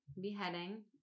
beheading